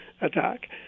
attack